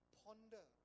ponder